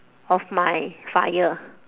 of my fire